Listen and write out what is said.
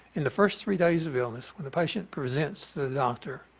in the first three days of illness when the patient presents the doctor,